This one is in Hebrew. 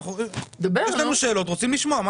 יש לנו שאלות ורוצים לשמוע.